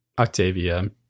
Octavia